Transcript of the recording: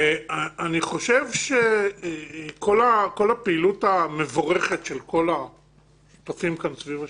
אני חושב שכל הפעילות המבורכת של כל השותפים כאן סביב השולחן,